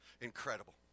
incredible